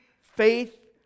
faith